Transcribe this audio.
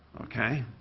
okay?